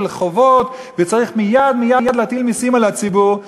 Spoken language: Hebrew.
חובות וצריך מייד מייד להטיל מסים על הציבור.